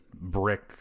brick